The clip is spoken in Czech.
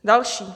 Další.